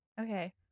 Okay